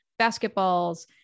basketballs